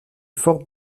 forte